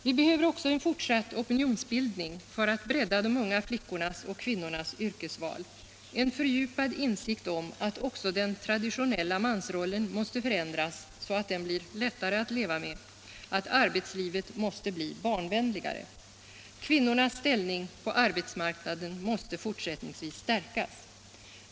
Vi behöver också en fortsatt opinionsbildning för att bredda de unga flickornas och kvinnornas yrkesval, en fördjupad insikt om att också den traditionella mansrollen måste förändras, så att den blir lättare att leva med, att arbetslivet måste bli barnvänligare. Kvinnornas ställning på arbetsmarknaden måste fortsättningsvis stärkas.